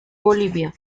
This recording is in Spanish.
bolivia